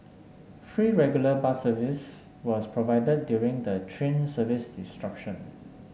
free regular bus service was provided during the train service